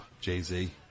Jay-Z